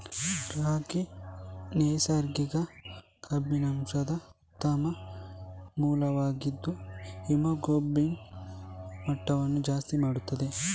ರಾಗಿ ನೈಸರ್ಗಿಕ ಕಬ್ಬಿಣಾಂಶದ ಉತ್ತಮ ಮೂಲವಾಗಿದ್ದು ಹಿಮೋಗ್ಲೋಬಿನ್ ಮಟ್ಟವನ್ನ ಜಾಸ್ತಿ ಮಾಡ್ತದೆ